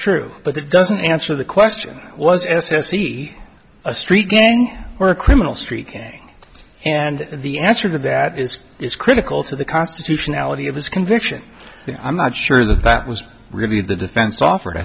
true but that doesn't answer the question was s s e a street gang or a criminal street gang and the answer to that is is critical to the constitutionality of his conviction i'm not sure that that was really the defense offered i